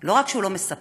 לא רק שהוא לא מספק,